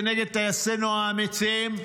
כנגד טייסינו האמיצים,